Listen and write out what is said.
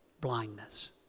blindness